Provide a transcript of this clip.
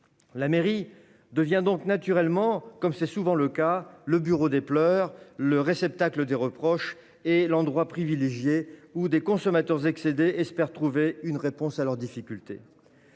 la mairie devient naturellement le bureau des pleurs, le réceptacle des reproches et l'endroit privilégié où des consommateurs excédés espèrent trouver une réponse à leurs difficultés.